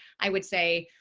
i would say,